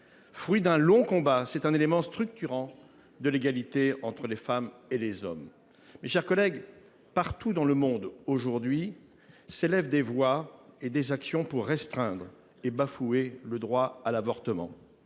Fruit d’un long combat, c’est un élément structurant de l’égalité entre les femmes et les hommes. Mes chers collègues, partout dans le monde aujourd’hui s’élèvent des voix et des actions pour restreindre et bafouer le droit à l’avortement.